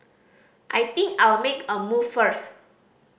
I think I'll make a move first